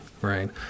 right